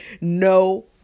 no